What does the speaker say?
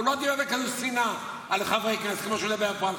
הוא לא דיבר בשנאה כזאת על חברי כנסת כמו שהוא מדבר פה על חרדים.